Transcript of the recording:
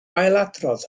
ailadrodd